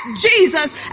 Jesus